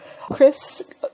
Chris